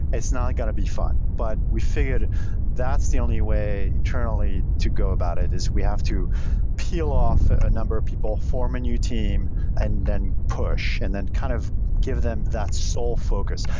it's not going to be fun, but we figured that the only way internally to go about it, is we have to peel off a number of people, form a new team and then push, and then kind of give them that sole focus.